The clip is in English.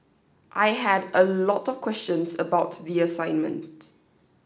I had a lot of questions about the assignment